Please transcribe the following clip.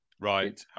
Right